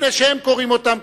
לפני שהם קוראים אותם,